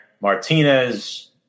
Martinez